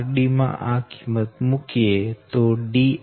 01 X 0